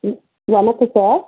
வணக்கம் சார்